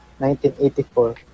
1984